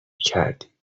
کردی